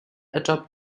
atop